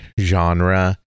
genre